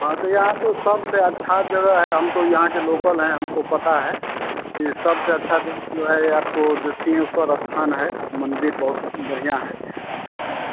हाँ तो यहाँ पर सबसे अच्छा जगह है हम तो यहाँ के लोकल है हमको पता है की सबसे अच्छा जगह जो है आपको जो सिंघेश्वर स्थान है मंदिर बहुत बढ़िया है